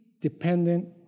dependent